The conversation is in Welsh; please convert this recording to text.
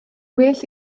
well